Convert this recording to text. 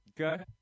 okay